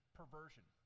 perversion